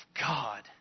God